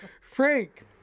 Frank